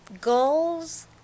goals